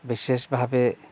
বিশেষভাবে